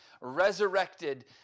resurrected